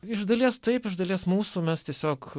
iš dalies taip iš dalies mūsų mes tiesiog